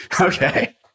Okay